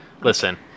Listen